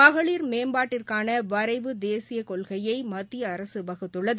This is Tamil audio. மகளிர் மேம்பாட்டிற்கான வரைவு தேசியக் கொள்கையை மத்திய அரசு வகுத்துள்ளது